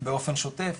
באופן שוטף,